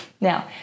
now